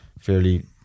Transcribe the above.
Fairly